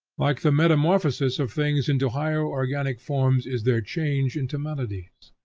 like the metamorphosis of things into higher organic forms is their change into melodies.